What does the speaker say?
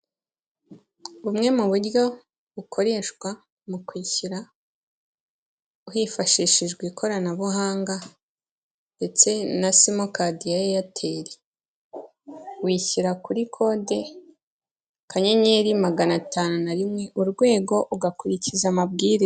Bumwe mu buryo bukoreshwa mu kwishyura hifashishijwe ikoranabuhanga ndetse na simu kadi ya Airtel, wishyira kuri kode akanyenyeri magana atanu na rimwe urwego ugakurikiza amabwiriza.